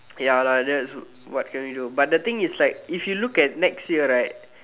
ya lah that's what can we do but the thing is like if you look at next year right